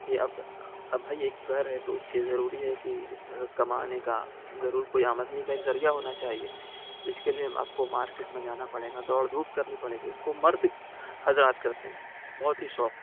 کہ اب اب بھائی ایک گھر ہے تو اس کے ضروری ہے کہ کمانے کا ضرور کوئی آمدنی کا ایک ذریعہ ہونا چاہیے جس کے لیے آپ کو مارکیٹ میں جانا پڑے گا دوڑ دھوپ کرنی پڑے گی اس کو مرد حضرات کرتے ہیں بہت ہی شوق سے